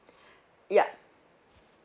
yup